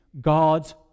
God's